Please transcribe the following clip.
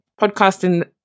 podcasting